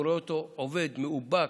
הוא רואה אותו עובד, מאובק,